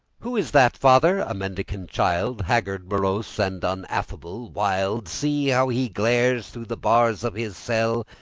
who is that, father? a mendicant, child, haggard, morose, and unaffable wild! see how he glares through the bars of his cell!